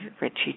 Richie